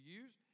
use